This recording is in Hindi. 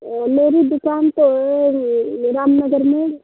मेरी दुकान तो राम नगर में